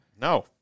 No